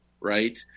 right